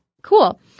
Cool